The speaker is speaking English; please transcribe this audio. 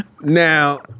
Now